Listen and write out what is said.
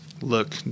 look